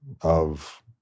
of-